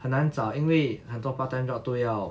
很难找因为很多 part time job 都要